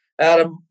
Adam